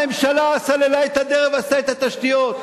הממשלה סללה את הדרך ועשתה את התשתיות.